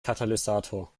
katalysator